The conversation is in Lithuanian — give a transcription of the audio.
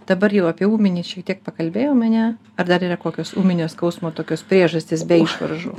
dabar jau apie ūminį šiek tiek pakalbėjom ane ar dar yra kokios ūminio skausmo tokios priežastys be išvaržų